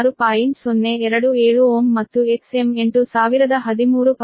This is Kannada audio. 027 Ω ಮತ್ತು Xm 8013